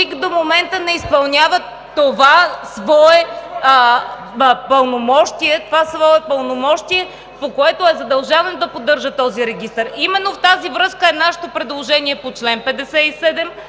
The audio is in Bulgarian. до момента не изпълняват това свое пълномощие, по което е задължена да поддържа този регистър. Именно в тази връзка е нашето предложение по чл. 57